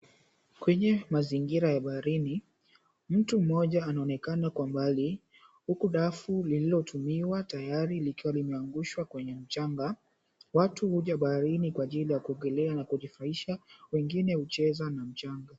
Kwenye mazingira ya baharini mtu mmoja anaonekana kwa mbali huku dafu lililotumiwa likiwa tayari limeangushwa kwenye mchanga, watu huja kwenye bahari kwa ajili ya kuogelea na kujifurahisha wengine hucheza na mchanga.